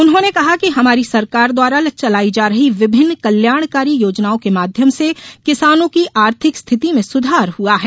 उन्होंने कहा कि हमारी सरकार द्वारा चलाई जा रही विभिन्न कल्याणकारी योजनाओं के माध्यम से किसानो की आर्थिक स्थिति में सुधार हुआ है